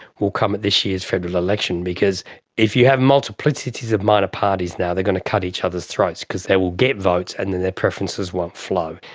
will come at this year's federal election because if you have multiplicities of minor parties now they are going to cut each other's throats because they will get votes and then their preferences won't flow.